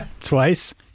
Twice